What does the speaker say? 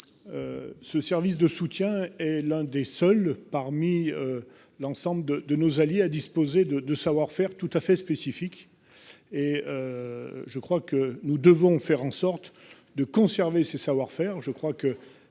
Ce service de soutien et l'un des seuls parmi. L'ensemble de, de nos alliés à disposer de de savoir faire tout à fait spécifique et. Je crois que nous devons faire en sorte de conserver ses savoir-faire